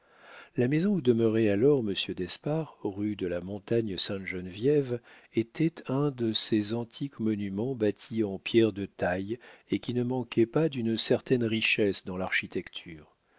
la maison où demeurait alors monsieur d'espard rue de la montagne sainte geneviève était un de ces antiques monuments bâtis en pierre de taille et qui ne manquaient pas d'une certaine richesse dans l'architecture